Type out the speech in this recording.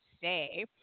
say